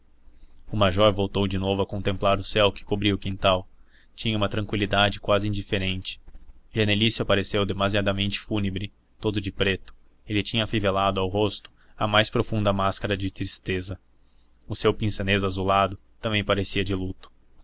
o major voltou de novo a contemplar o céu que cobria o quintal tinha uma tranqüilidade quase indiferente genelício apareceu demasiadamente fúnebre todo de preto ele tinha afivelado ao rosto a mais profunda máscara de tristeza o seu pince-nez azulado também parecia de luto